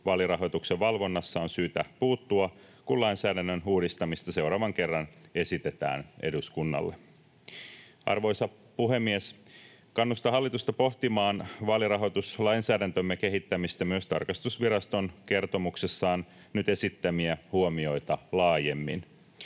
vaalirahoituksen valvonnassa on syytä puuttua, kun lainsäädännön uudistamista seuraavan kerran esitetään eduskunnalle. Arvoisa puhemies! Kannustan hallitusta pohtimaan vaalirahoituslainsäädäntömme kehittämistä myös tarkastusviraston kertomuksessaan nyt esittämiä huomioita laajemmin.